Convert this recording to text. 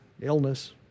illness